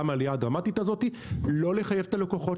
מהעלייה הדרמטית הזאת לא לחייב את הלקוחות.